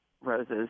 roses